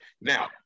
now